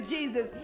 Jesus